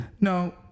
No